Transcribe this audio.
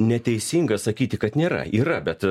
neteisinga sakyti kad nėra yra bet